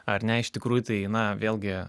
ar ne iš tikrųjų tai na vėlgi